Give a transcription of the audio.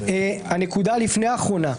נקודה לפני אחרונה,